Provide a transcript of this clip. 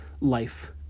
life